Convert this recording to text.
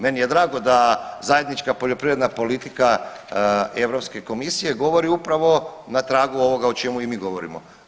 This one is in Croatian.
Meni je drago da zajednička poljoprivredna politika Europske komisije govori upravo na tragu ovoga o čemu i mi govorimo.